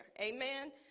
amen